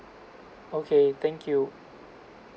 okay thank you